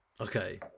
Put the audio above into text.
Okay